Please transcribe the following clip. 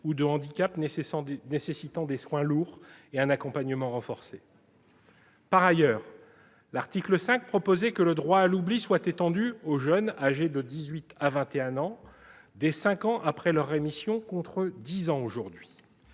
ou de handicaps nécessitant des soins lourds et un accompagnement renforcé. Par ailleurs, l'article 5 prévoyait que le droit à l'oubli soit étendu aux jeunes âgés de dix-huit ans à vingt et un ans, dès cinq ans après leur rémission, contre dix ans aujourd'hui.